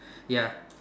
ya